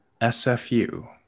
SFU